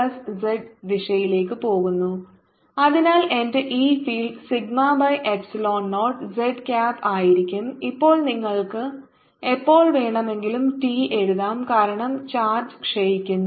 E20 20 z Et 0 z Et Q0e tRCa20 z അതിനാൽ എന്റെ E field sigma by epsilon naught z cap ആയിരിക്കും ഇപ്പോൾ നിങ്ങൾക്ക് എപ്പോൾ വേണമെങ്കിലും ടി എഴുതാം കാരണം ചാർജ് ക്ഷയിക്കുന്നു